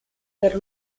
per